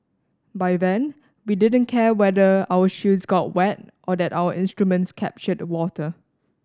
by then we didn't care whether our shoes got wet or that our instruments captured water